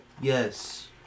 Yes